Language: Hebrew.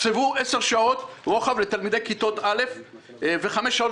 תוקצבו 10 שעות רוחב לתלמידי כיתות א' ו-5 שעות